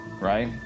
right